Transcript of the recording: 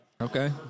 Okay